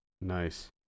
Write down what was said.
Nice